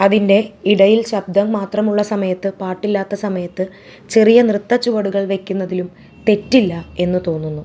അതിൻ്റെ ഇടയിൽ ശബ്ദം മാത്രമുള്ള സമയത്ത് പാട്ടില്ലാത്ത സമയത്ത് ചെറിയ നൃർത്ത ചുവടുകൾ വയ്ക്കുന്നതിലും തെറ്റില്ല എന്നു തോന്നുന്നു